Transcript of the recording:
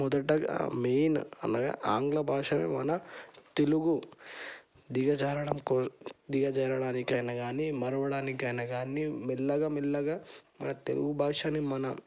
మొదటగా మెయిన్ అనగా ఆంగ్ల భాష మన తెలుగు దిగజారడం కో దిగజారడానికైనా కానీ మరువడానికైనా కానీ మెల్లగా మెల్లగా మన తెలుగు భాషని మన